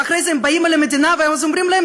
ואחרי זה הם באים למדינה ואז אומרים להם,